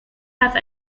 have